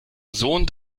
sohn